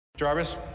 Jarvis